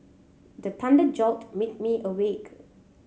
the thunder jolt me me awake